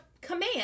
command